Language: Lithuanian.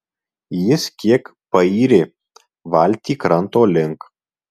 jis kiek payrė valtį kranto link